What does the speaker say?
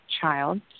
child